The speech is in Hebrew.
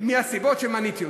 מהסיבות שמניתי,